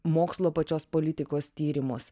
mokslo pačios politikos tyrimus